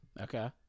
Okay